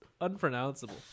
unpronounceable